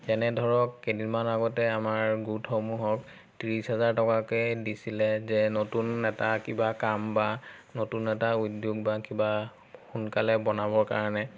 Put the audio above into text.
যেনে ধৰক কেইদিনমান আগতে আমাৰ গোটসমূহক ত্ৰিছ হাজাৰ টকাকে দিছিলে যে নতুন এটা কিবা কাম বা নতুন এটা উদ্যোগ বা কিবা সোনকালে বনাবৰ কাৰণে